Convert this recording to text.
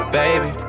baby